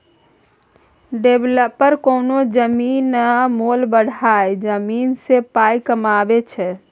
developer कोनो जमीनक मोल बढ़ाए जमीन सँ पाइ कमाबै छै